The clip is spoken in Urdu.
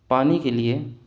پانی کے لیے